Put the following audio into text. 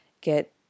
get